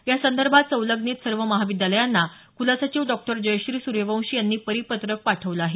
या संदर्भात संलग्नित सर्व महाविद्यालयांना कुलसचिव डॉ जयश्री सूर्यवंशी यांनी परिपत्रक पाठवलं आहे